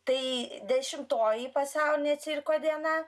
tai dešimtoji pasaulinė cirko diena